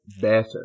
better